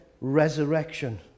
resurrection